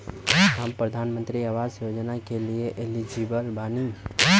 हम प्रधानमंत्री आवास योजना के लिए एलिजिबल बनी?